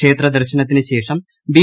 ക്ഷേത്രദർശനത്തിനുശേഷം B